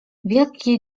wielkie